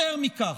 יותר מכך,